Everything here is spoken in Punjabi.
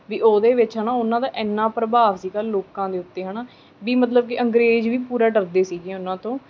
ਵੀ ਉਹਦੇ ਵਿੱਚ ਹੈ ਨਾ ਉਨ੍ਹਾਂ ਦਾ ਐਨਾ ਪ੍ਰਭਾਵ ਸੀਗਾ ਲੋਕਾਂ ਦੇ ਉੱਤੇ ਹੈ ਨਾ ਵੀ ਮਤਲਬ ਵੀ ਅੰਗਰੇਜ਼ ਵੀ ਪੂਰਾ ਡਰਦੇ ਸੀਗੇ ਉਨ੍ਹਾਂ ਤੋਂ